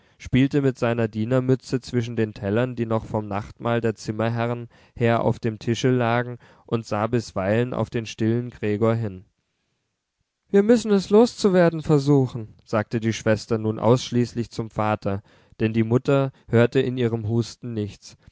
spielte mit seiner dienermütze zwischen den tellern die noch vom nachtmahl der zimmerherren her auf dem tische lagen und sah bisweilen auf den stillen gregor hin wir müssen es loszuwerden versuchen sagte die schwester nun ausschließlich zum vater denn die mutter hörte in ihrem husten nichts